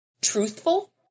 truthful